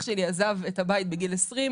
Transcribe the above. אח שלי עזב את הבית בגיל 20,